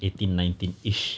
eighteen nineteenish